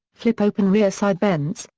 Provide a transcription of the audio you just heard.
flip-open rear side vents,